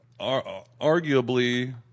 arguably